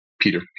Peter